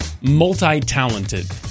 multi-talented